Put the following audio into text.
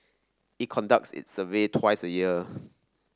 it conducts its survey twice a year